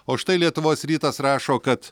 o štai lietuvos rytas rašo kad